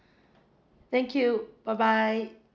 thank you bye bye